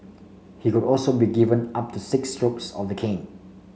he could also be given up to six strokes of the cane